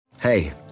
Hey